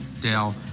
Dale